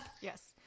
yes